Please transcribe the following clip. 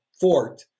fort